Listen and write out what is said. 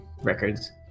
records